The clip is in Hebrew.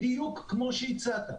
בדיוק כמו שהצעת,